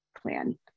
plan